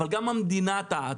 אבל גם המדינה טעתה.